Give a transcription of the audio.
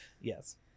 Yes